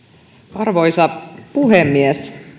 arvoisa puhemies